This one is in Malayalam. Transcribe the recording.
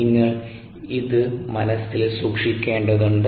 നിങ്ങൾ ഇത് മനസ്സിൽ സൂക്ഷിക്കേണ്ടതുണ്ട്